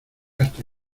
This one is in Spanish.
hasta